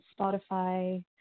Spotify